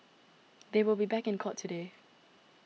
they will be back in court today